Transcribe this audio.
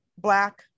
black